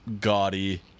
gaudy